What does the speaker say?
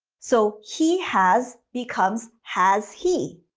so he has becomes has he.